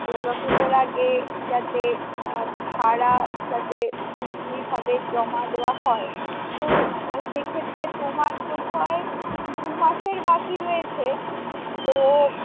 দুর্গাপুজোর আগে যাতে ভাড়া যাতে পুরোপুরিভাবে জমা দেওয়া হয় তো সেক্ষেত্রে তোমার বোধহয় দুমাসের বাকি রয়েছে তো